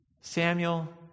Samuel